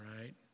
right